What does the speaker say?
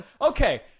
Okay